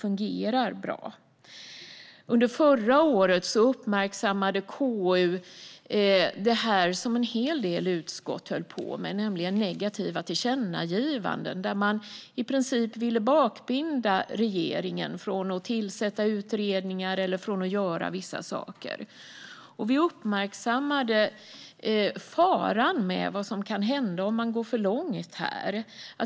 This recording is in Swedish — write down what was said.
Under förra året uppmärksammade KU det som en hel del utskott höll på med, nämligen negativa tillkännagivanden där man i princip ville bakbinda regeringen från att tillsätta utredningar eller göra vissa saker. Vi uppmärksammade faran med detta och vad som kan hända om man går för långt här.